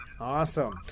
awesome